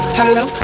hello